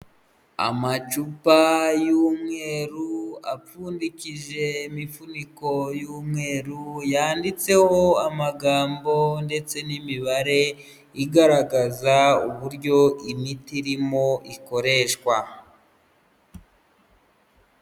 Amacupa y'umweru apfundikije imifuniko y'umweru, yanditseho amagambo ndetse n'imibare igaragaza uburyo imiti irimo ikoreshwa.